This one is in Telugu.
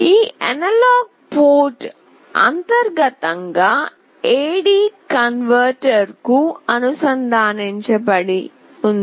ఈ అనలాగ్ పోర్ట్ అంతర్గతంగా AD కన్వర్టర్ కు అనుసంధానించబడి ఉంది